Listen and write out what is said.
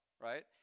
right